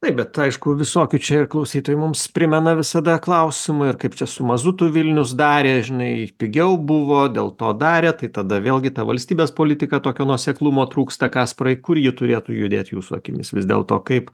taip bet aišku visokių čia ir klausytojų mums primena visada klausimų ir kaip čia su mazutu vilnius darė žinai pigiau buvo dėl to darė tai tada vėlgi ta valstybės politika tokio nuoseklumo trūksta kasparai kur ji turėtų judėt jūsų akimis vis dėlto kaip